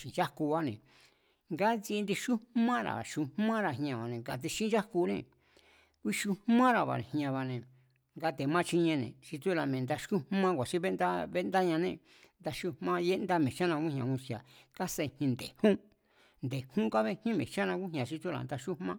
xi̱nchájkubáne̱ ngátsi indi xújmara̱, xujmára̱ jña̱ba̱ne̱ nga tixínchájkuné, xumara̱ jña̱ba̱ne̱ nga te̱ ma chiniene̱ xi tsúra̱ mi̱e̱ nda xújmá ku̱a̱sín bendáñané. Nda xújmá yéndá mi̱e̱jcháná ngújña̱ ngusku̱i̱a̱, kásejin nde̱jún, nde̱jún kábejín mi̱e̱jchána ngújña̱ xi tsúra̱ nda xújmá